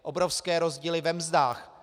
Obrovské rozdíly ve mzdách.